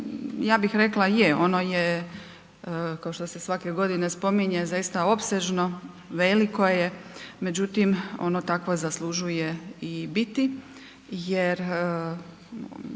ja bih rekla je ono je kao što se svake godine spominje zaista opsežno, veliko je međutim ono takvo zaslužuje i biti jer